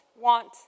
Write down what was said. want